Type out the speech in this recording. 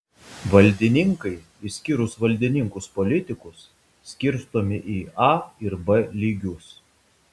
valdininkai išskyrus valdininkus politikus skirstomi į a ir b lygius